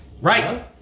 Right